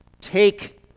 take